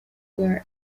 were